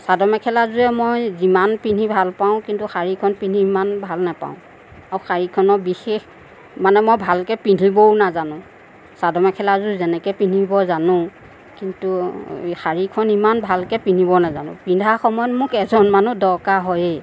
চাদৰ মেখেলাযোৰে মই যিমান পিন্ধি ভাল পাওঁ কিন্তু শাড়ীখন পিন্ধি সিমান ভাল নাপাওঁ আৰু শাড়ীখনৰ বিশেষ মানে মই ভালকে পিন্ধিবও নাজানো চাদৰ মেখেলাযোৰ যেনেকে পিন্ধিব জানোঁ কিন্তু শাড়ীখন ইমান ভালকে পিন্ধিব নাজানো পিন্ধা সময়ত মোক এজন মানুহ দৰকাৰ হয়েই